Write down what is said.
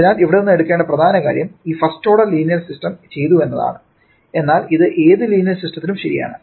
അതിനാൽ ഇവിടെ നിന്ന് എടുക്കേണ്ട പ്രധാന കാര്യം ഈ ഫസ്റ്റ് ഓർഡർ ലീനിയർ സിസ്റ്റം ചെയ്തു എന്നതാണ് എന്നാൽ ഇത് ഏത് ലീനിയർ സിസ്റ്റത്തിലും ശരിയാണ്